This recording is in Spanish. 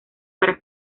para